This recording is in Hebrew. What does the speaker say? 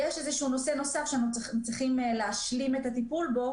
יש נושא נוסף שאנחנו צריכים להשלים את הטיפול בו.